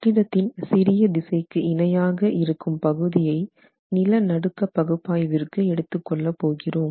கட்டிடத்தின் சிறிய திசைக்கு இணையாக இருக்கும் பகுதியை நில நடுக்க பகுப்பாய்விற்கு எடுத்துக் கொள்ளப் போகிறோம்